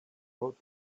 wrote